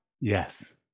Yes